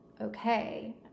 okay